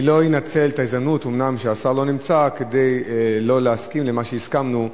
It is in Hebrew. אני לא אנצל את ההזדמנות שהשר לא נמצא כדי לא להסכים למה שהסכמנו,